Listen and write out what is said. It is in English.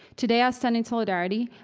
today i stand in solidarity